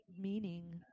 meaning